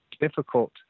difficult